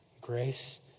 grace